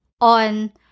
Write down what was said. on